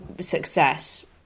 success